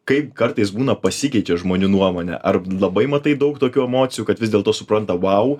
kaip kartais būna pasikeičia žmonių nuomonė ar labai matai daug tokių emocijų kad vis dėlto supranta vau